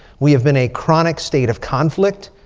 we have been a chronic state of conflict.